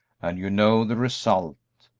and you know the result.